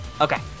Okay